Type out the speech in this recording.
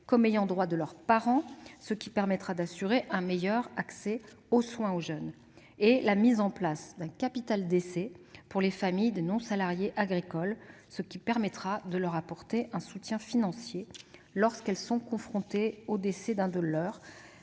comme ayant droit de leurs parents, ce qui permettra de garantir un meilleur accès des jeunes aux soins ; et la mise en place d'un capital-décès pour les familles des non-salariés agricoles, qui permettra d'apporter un soutien financier à ces familles lorsqu'elles sont confrontées au décès d'un des leurs